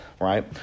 right